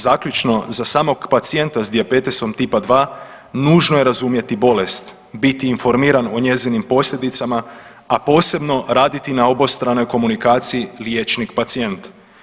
Zaključno, za samog pacijenta s dijabetesom tipa-2 nužno je razumjeti bolest, biti informiran o njezinim posljedicama, a posebno raditi na obostranoj komunikaciji liječnik pacijent.